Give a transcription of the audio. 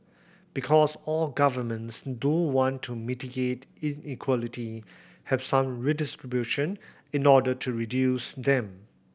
because all governments do want to mitigate inequality have some redistribution in order to reduce them